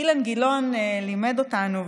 אילן גילאון לימד אותנו,